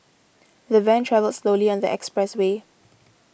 the van travelled slowly on the expressway